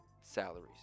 salaries